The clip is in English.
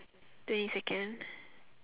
twenty second